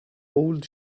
old